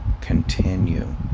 continue